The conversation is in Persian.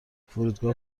فرودگاه